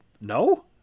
no